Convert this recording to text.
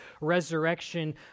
resurrection